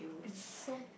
it's so